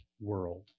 world